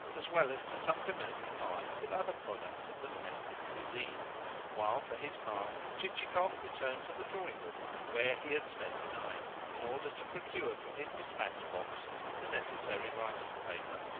as well as to supplement the pie with other products of the domestic cuisine while, for his part, chichikov returned to the drawing-room where he had spent the night, in order to procure from his dispatch-box the necessary writing-paper.